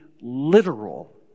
literal